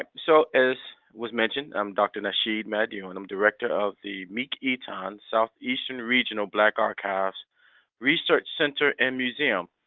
um so as was mentioned i'm dr. nashid madyun, and i'm director of the meek-eaton southeastern regional black archives research center and museum.